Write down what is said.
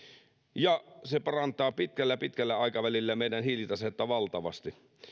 ja se parantaa pitkällä pitkällä aikavälillä meidän hiilitasetta valtavasti